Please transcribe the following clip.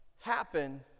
Happen